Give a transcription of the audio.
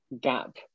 gap